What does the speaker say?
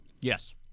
Yes